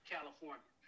California